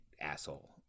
asshole